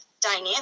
dynamic